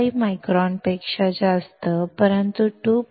5 मायक्रॉनपेक्षा जास्त परंतु 2